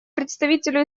представителю